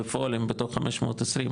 בפועל הם בתוך 520,